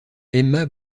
emma